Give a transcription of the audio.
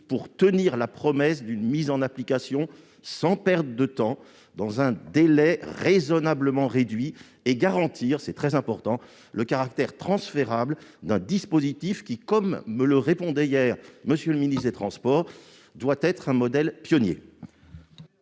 pour tenir la promesse d'une entrée en vigueur sans perte de temps, dans un délai raisonnablement réduit, et garantir- c'est très important -le caractère transférable d'un dispositif, qui, comme me le disait hier M. le ministre chargé des transports, doit être un modèle pionnier.